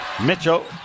Mitchell